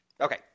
Okay